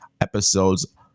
episodes